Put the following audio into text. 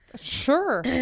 sure